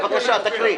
--- בבקשה, תקריא.